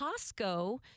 Costco